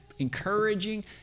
encouraging